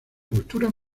cultura